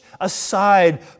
aside